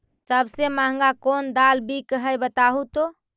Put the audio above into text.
सबसे महंगा कोन दाल बिक है बताहु तो?